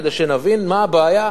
כדי שנבין מה הבעיה,